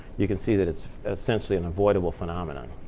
you can see that it's essentially an avoidable phenomenon.